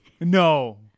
No